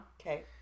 Okay